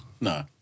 no